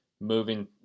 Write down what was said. moving